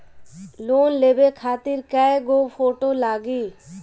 Loan लेवे खातिर कै गो फोटो लागी?